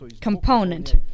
Component